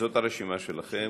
זאת הרשימה שלכם.